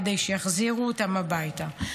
כדי שיחזירו אותם הביתה.